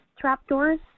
trapdoors